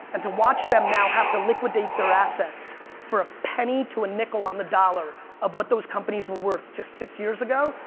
and to watch them now have to liquidate their assets for a penny to a nickel on the dollar of what those companies were worth just six years ago,